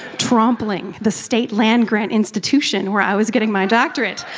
trampling the state land-grant institution where i was getting my doctorate.